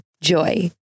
JOY